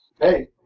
Hey